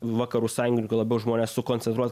vakarų sąjungininkų labiau žmones sukoncentruot